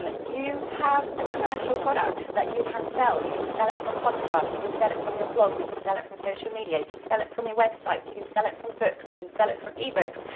and you have a commercial product that you can sell. you can sell it from podcasts, you can sell it from your blog, you can sell it from social media, you can sell it from your web site, you can sell it from books, you can sell it from ebooks.